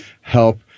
help